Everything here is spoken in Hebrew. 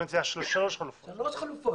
ואני מציע שלוש חלופות.